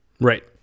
Right